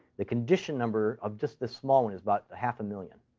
the condition number of just the small one is about half a million.